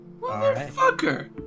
Motherfucker